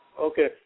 Okay